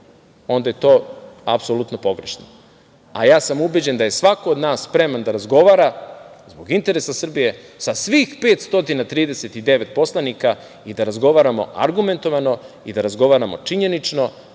onda je to apsolutno pogrešno, a ja sam ubeđen da je svako od nas spreman da razgovara zbog interesa Srbije sa svih 539 poslanika i da razgovaramo argumentovano i da razgovaramo činjenično,